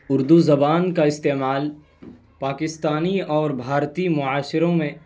اردو زبان کا استعمال پاکستانی اور بھارتی معاشروں میں